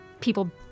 people